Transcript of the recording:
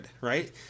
right